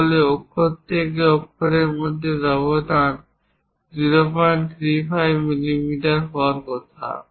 তাহলে অক্ষর থেকে অক্ষরের মধ্যে ব্যবধান 035 মিলিমিটার হওয়ার কথা